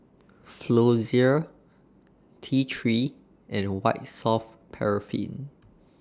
Floxia T three and White Soft Paraffin